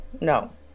no